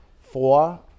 four